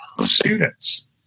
students